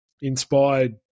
inspired